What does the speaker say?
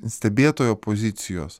stebėtojo pozicijos